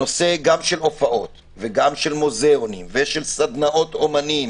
הנושא של הופעות ושל מוזיאונים ושל סדנאות אומנים